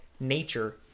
nature